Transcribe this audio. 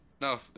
No